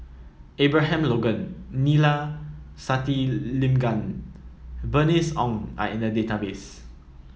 Abraham Logan Neila Sathyalingam Bernice Ong are in the database